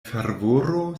fervoro